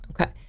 Okay